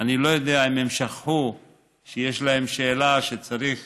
אני לא יודע אם הם שכחו שיש להם שאלה שצריך